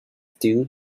stew